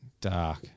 Dark